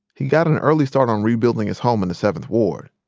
he got an early start on rebuilding his home in the seventh ward.